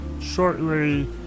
shortly